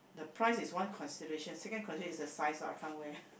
the price is one consideration second consideration is the size what I can't wear